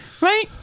right